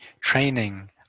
training